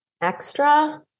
extra –